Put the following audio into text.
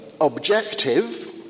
objective